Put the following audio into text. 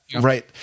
right